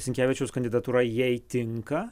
sinkevičiaus kandidatūra jai tinka